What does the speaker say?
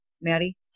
Maddie